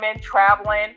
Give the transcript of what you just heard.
traveling